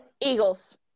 Eagles